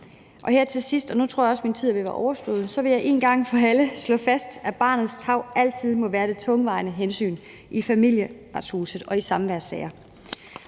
gang for alle slå fast, at barnets tarv altid må være det tungtvejende hensyn i Familieretshuset og i samværssager.